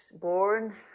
born